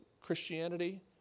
Christianity